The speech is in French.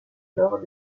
lors